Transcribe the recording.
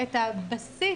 את הבסיס